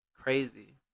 crazy